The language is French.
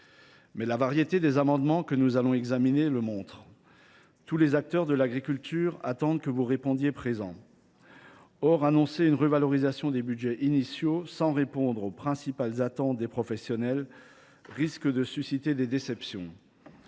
Mais la diversité des amendements que nous aurons à examiner le prouve : tous les acteurs de l’agriculture attendent que vous répondiez présent. Or le fait d’annoncer une revalorisation du budget initial sans répondre aux principales attentes des professionnels risque de susciter des déceptions